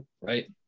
right